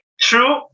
True